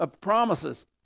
promises